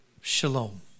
shalom